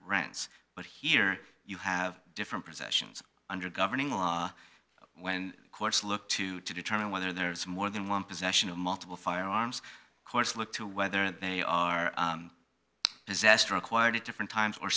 rents but here you have different professions under governing law when courts look to to determine whether there is more than one possession of multiple firearms course look to whether they are possessed or acquired it different times or